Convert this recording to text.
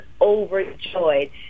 overjoyed